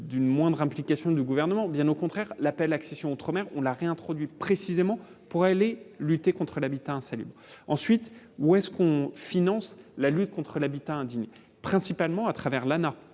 d'une moindre implication du gouvernement, bien au contraire, l'appel accession Outre-mer, on l'a réintroduit précisément pour aller lutter contre l'habitat insalubre ensuite ou est-ce qu'on finance la lutte contre l'habitat indigne, principalement à travers l'.